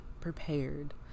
prepared